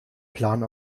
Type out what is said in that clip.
plan